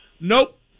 Nope